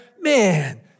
man